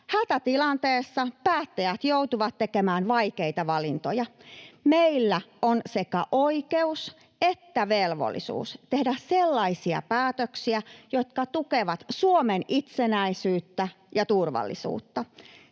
Hätätilanteessa päättäjät joutuvat tekemään vaikeita valintoja. Meillä on sekä oikeus että velvollisuus tehdä sellaisia päätöksiä, jotka tukevat Suomen itsenäisyyttä ja turvallisuutta.